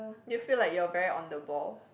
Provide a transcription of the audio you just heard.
do you feel like you are very on the ball